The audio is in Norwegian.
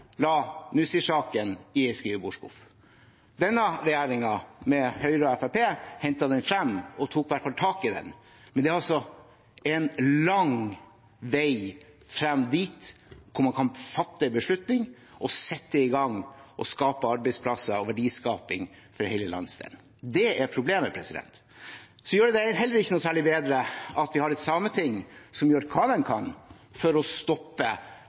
i skrivebordsskuffen. Høyre- og Fremskrittsparti-regjeringen hentet den frem og tok i hvert fall tak i den, men det er en lang vei frem dit hvor man kan fatte en beslutning, sette i gang og skape arbeidsplasser og verdiskaping for hele landsdelen. Det er problemet. Det gjør det heller ikke noe særlig bedre at vi har et sameting som gjør hva de kan for å stoppe